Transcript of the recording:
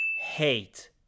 Hate